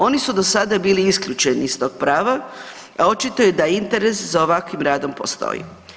Oni su do sada bili isključeni iz tog prava, a očito je da interes za ovakvim radom postoji.